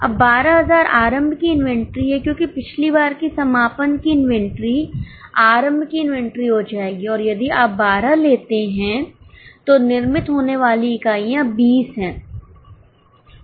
अब 12000 आरंभ की इन्वेंट्री है क्योंकि पिछली बार की समापन की इन्वेंटरी आरंभ की इन्वेंटरी हो जाएगी और यदि आप 12 लेते हैं तो निर्मित होने वाली इकाइयाँ 20 हैं